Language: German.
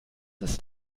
ist